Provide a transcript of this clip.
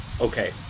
okay